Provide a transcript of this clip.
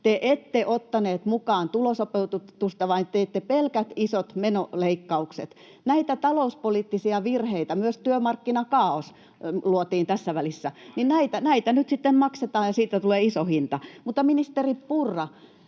Te ette ottanut mukaan tulosopeutusta vaan teitte pelkät isot menoleikkaukset. Näitä talouspoliittisia virheitä — myös työmarkkinakaaos luotiin tässä välissä [Miko Bergbom: Demareiden toimesta!] — nyt sitten maksetaan, ja siitä tulee iso hinta. Mutta ministeri Purra,